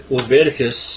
Leviticus